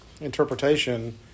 interpretation